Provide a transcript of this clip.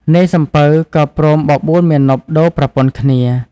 នាយសំពៅក៏ព្រមបបួលមាណពដូរប្រពន្ធគ្នា។